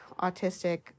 Autistic